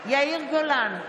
יאיר גולן,